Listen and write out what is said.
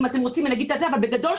בגדול,